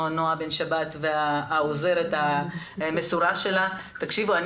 נעה בן שבת ולעוזרת המסורה שלה תרצה ברמה.